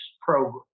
program